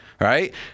Right